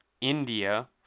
India